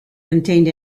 contained